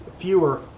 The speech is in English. fewer